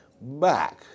back